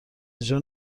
اجرا